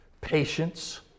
Patience